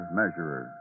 measurer